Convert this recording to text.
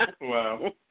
Wow